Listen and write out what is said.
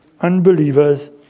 unbelievers